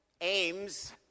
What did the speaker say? ...aims